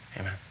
amen